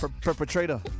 perpetrator